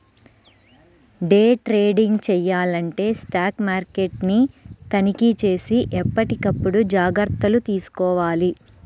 day trading చెయ్యాలంటే stock మార్కెట్ని తనిఖీచేసి ఎప్పటికప్పుడు జాగర్తలు తీసుకోవాలి